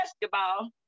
basketball